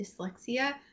dyslexia